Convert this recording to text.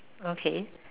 okay